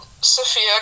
sophia